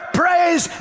praise